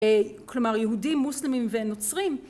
כלומר יהודים מוסלמים ונוצרים